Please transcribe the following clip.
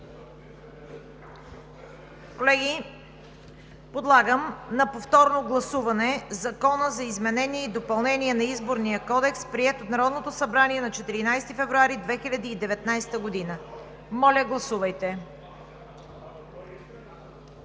Колеги, подлагам на повторно гласуване Закона за изменение и допълнение на Изборния кодекс, приет от Народното събрание на 14 февруари 2019 г. Моля, гласувайте.